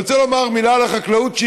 אני רוצה לומר מילה על החקלאות,